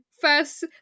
first